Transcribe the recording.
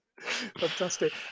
Fantastic